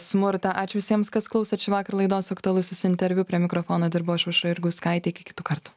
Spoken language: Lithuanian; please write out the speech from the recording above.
smurtą ačiū visiems kas klausėt šįvakar laidos aktualusis interviu prie mikrofono dirbau aš aušra jurgauskaitė iki kitų kartų